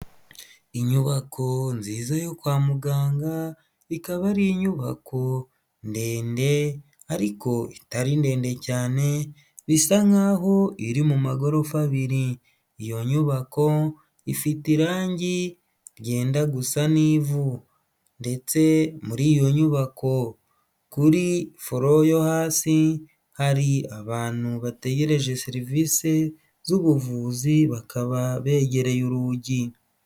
Inyubako nziza yo kwa muganga, ikaba ari inyubako ndende ariko itari ndende cyane bisa nk'aho iri mu magorofa abiri,' iyo nyubako ifite irangi ryenda gusa n'ivu ndetse muri iyo nyubako kuri foro yo hasi hari abantu bategereje serivisi z'ubuvuzi bakaba begereye urugi.